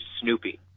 snoopy